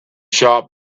shop